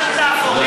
אל תהפוך.